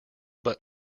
but